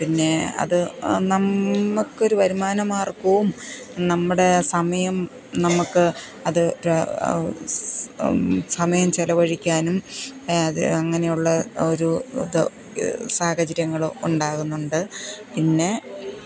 പിന്നെ അത് നമുക്കൊരു വരുമാനമാര്ഗവും നമ്മുടെ സമയം നമുക്ക് അത് സമയം ചെലവഴിക്കാനും അത് അങ്ങനെയുള്ള ഒരു ഇത് സാഹചര്യങ്ങളോ ഉണ്ടാകുന്നുണ്ട് പിന്നെ